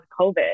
COVID